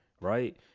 Right